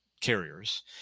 carriers